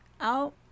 out